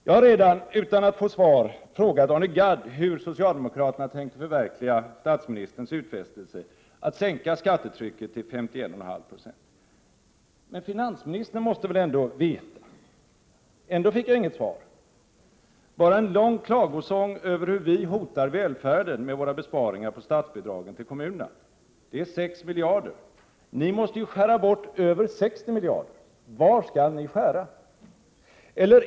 Jag har redan, utan att få något svar, frågat Arne Gadd hur socialdemokraterna tänker förverkliga statsministerns utfästelse att sänka skattetrycket till 51,5 26. Finansministern måste väl veta! Ändå fick jag inget svar, bara en lång klagosång över hur vi moderater hotar välfärden med våra besparingar på statsbidragen till kommuner. Det är 6 miljarder. Ni måste skära bort över 60 miljarder. Var skall ni skära?